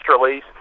release